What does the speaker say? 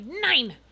nine